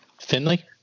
Finley